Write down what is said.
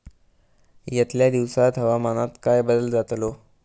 यतल्या दिवसात हवामानात काय बदल जातलो?